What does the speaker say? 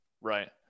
right